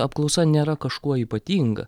apklausa nėra kažkuo ypatinga